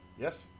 Yes